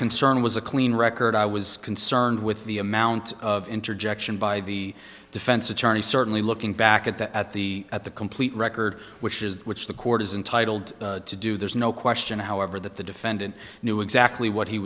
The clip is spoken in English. concern was a clean record i was concerned with the amount of interjection by the defense attorney certainly looking back at the at the at the complete record which is which the court is intitled to do there's no question however that the defendant knew exactly what he